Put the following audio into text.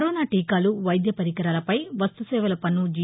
corona టీకాలు వైద్య పరికరాల పై వస్తు సేవల పన్ను జి